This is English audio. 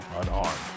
unarmed